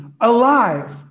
alive